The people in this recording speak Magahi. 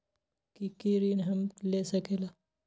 की की ऋण हम ले सकेला?